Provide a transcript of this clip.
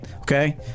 Okay